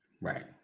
right